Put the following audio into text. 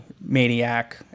Maniac